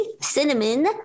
cinnamon